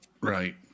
Right